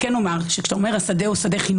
כשאתה אומר שהשדה הוא חינוכי,